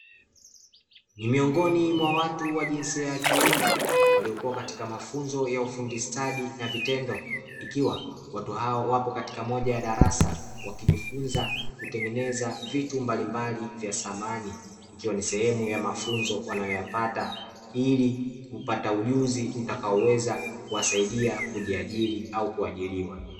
Ni miongoni mwa watu wa jinsia ya kiume, waliokuwa katika mafunzo ya ufundi stadi na vitendo; ikiwa watu hawa wapo katika moja ya darasa wakijifunza kutengeneza vitu mbalimbali vya samani, ikiwa ni sehemu ya mafunzo wanayoyapata ili kupata ujuzi utakaoweza kuwasaidia kujiajiri au kuajiriwa.